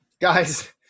Guys